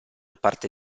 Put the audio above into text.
parte